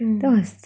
mm